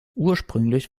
ursprünglich